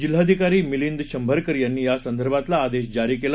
जिल्हाधिकारी मिलिंद शंभरकर यांनी यासंदर्भातला आदेश जारी केला